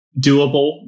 doable